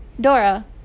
Dora